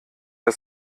das